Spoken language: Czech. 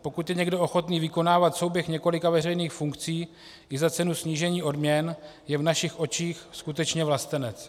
Pokud je někdo ochoten vykonávat souběh několika veřejných funkcí i za cenu snížení odměn, je v našich očích skutečně vlastenec.